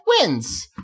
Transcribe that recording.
wins